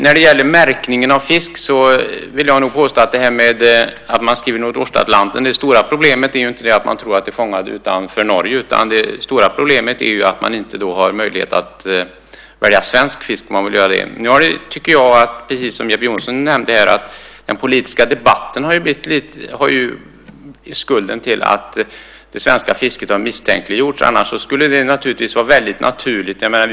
När det gäller märkningen av fisk vill jag påstå, apropå det här att man skriver "Nordostatlanten", att det stora problemet inte är att man tror att det är fångat utanför Norge, utan det stora problemet är att vi inte har möjlighet att välja svensk fisk om vi så vill. Jag tycker precis som Jeppe Johnsson att den politiska debatten har skulden till att det svenska fisket har misstänkliggjorts. Annars skulle det vara väldigt naturligt att välja svenskt.